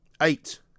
Eight